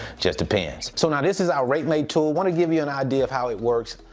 just depends. so now this is our rate mate tool. wanna give you an idea of how it works.